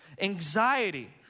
Anxiety